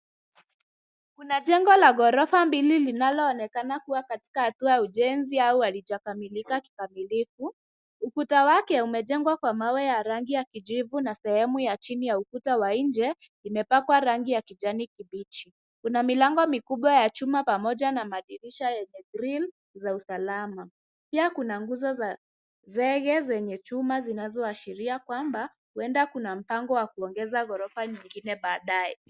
Kuna jengo la ghorofa mbili linaloonekana kuwa katika hatua ya ujenzi au halijakamilika kikamilifu. Ukuta wake umejengwa kwa mawe ya rangi ya kijivu na sehemu ya chini ya ukuta wa nje imepakwa rangi ya kijani kibichi. Kuna milango mikubwa ya chuma pamoja na madirisha yenye grill za usalama. Pia kuna nguzo za zege zenye chuma zinazoashiria kwamba huenda kuna mpango wa kuongeza ghorofa nyingine baadaye.